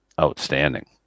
outstanding